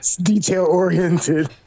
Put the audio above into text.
detail-oriented